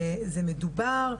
זה מדובר,